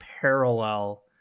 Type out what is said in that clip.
parallel